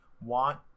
want